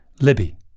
Libby